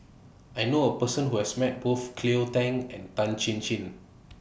I knew A Person Who has Met Both Cleo Thang and Tan Chin Chin